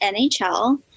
NHL